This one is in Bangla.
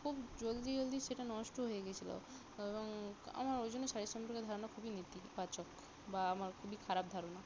খুব জলদি জলদি সেটা নষ্ট হয়ে গিয়েছিল এবং আমার ওই জন্য শাড়ির সম্পর্কে ধারণা খুবই নেতিবাচক বা আমার খুবই খারাপ ধারণা